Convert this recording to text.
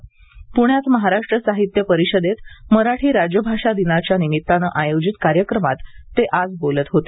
प्ण्यात महाराष्ट्र साहित्य परिषदेत मराठी राज्यभाषा दिनाच्या निमिताने आयोजित कार्यक्रमात ते आज बोलत होते